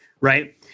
Right